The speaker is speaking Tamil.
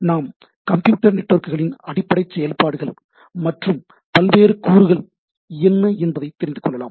நாம் கம்ப்யூட்டர் நெட்வொர்க்குகளின் அடிப்படை செயல்பாடுகள் மற்றும் பல்வேறு கூறுகள் என்ன என்பதை தெரிந்துகொள்ளலாம்